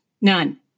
none